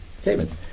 statements